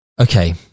Okay